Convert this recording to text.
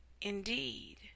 indeed